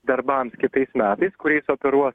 darbams kitais metais kuriais operuo